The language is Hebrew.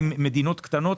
הן מדינות קטנות,